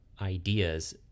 ideas